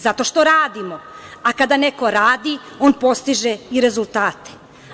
Zato što radimo, a kada neko radi, on postiže i rezultate.